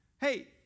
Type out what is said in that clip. hey